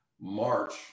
March